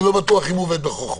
אני לא בטוח אם הוא עובד בחוכמה.